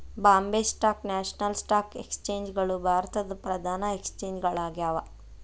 Bombay stock national stock exchange ಗಳು ಭಾರತದ್ ಪ್ರಧಾನ ಎಕ್ಸ್ಚೇಂಜ್ ಗಳಾಗ್ಯಾವ